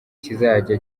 kizajya